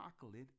chocolate